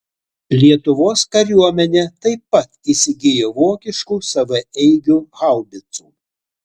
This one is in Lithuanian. lietuvos kariuomenė taip pat įsigijo vokiškų savaeigių haubicų